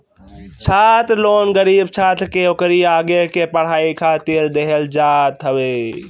छात्र लोन गरीब छात्र के ओकरी आगे के पढ़ाई खातिर देहल जात हवे